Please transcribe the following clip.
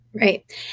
Right